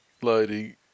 loading